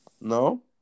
No